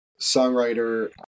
songwriter